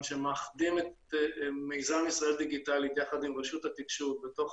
שמאחדים את מיזם ישראל דיגיטלית יחד עם רשות התקשוב בתוך